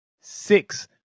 six